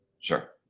Sure